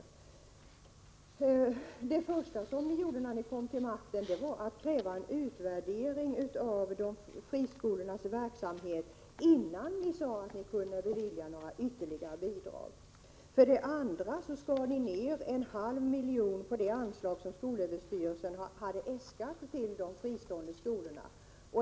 För det första: Det första ni gjorde när ni kom till makten var att kräva en utvärdering av de fristående skolornas verksamhet, innan ni kunde bevilja några ytterligare bidrag. För det andra skar ni ner en halv miljon kronor på det anslag som skolöverstyrelsen hade äskat till de fristående skolorna.